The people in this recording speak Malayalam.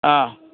ആ